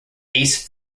ace